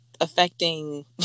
affecting